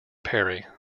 perry